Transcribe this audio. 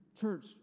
church